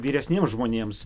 vyresniems žmonėms